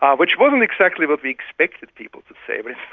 um which wasn't exactly what we expected people to say, but